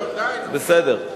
בסדר.